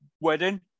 wedding